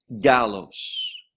gallows